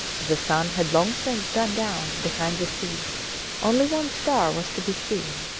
the sun had long since gone down behind the sea only one star was to be seen.